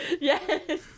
Yes